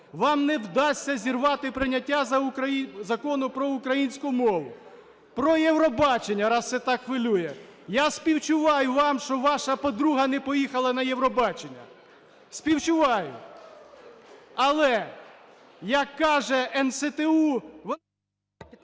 Вам не вдасться зірвати прийняття Закону про українську мову. Про Євробачення, раз це так хвилює. Я співчуваю вам, що ваша подруга не поїхала на Євробачення. Співчуваю. Але, як каже НСТУ…